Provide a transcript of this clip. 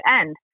end